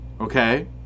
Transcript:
Okay